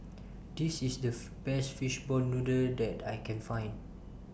This IS The Best Fishball Noodle that I Can Find